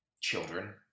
children